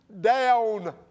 down